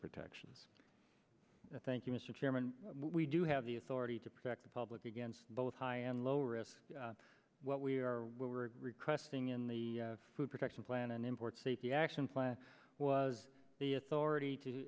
protections thank you mr chairman we do have the authority to protect the public against both high and low risk what we are we're requesting in the food protection plan an import safety action plan was the authority to